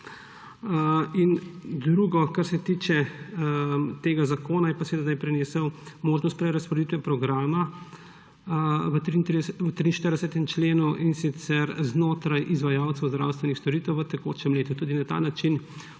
Drugo, kar se tiče tega zakona, je pa, da je prinesel možnost prerazporeditve programa v 43. členu, in sicer znotraj izvajalcev zdravstvenih storitev v tekočem letu. Tudi na ta način